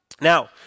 Now